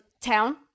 town